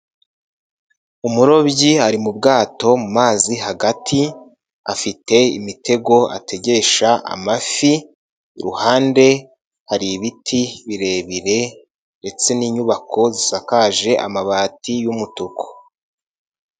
Umurobyi ari mu bwato mu mazi hagati afite imitego ategesha amafi, iruhande hari ibiti birebire ndetse n'inyubako zisakaje amabati y'umutuku.